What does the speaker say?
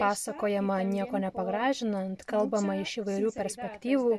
pasakojama nieko nepagražinant kalbama iš įvairių perspektyvų